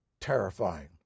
terrifying